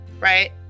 Right